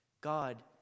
God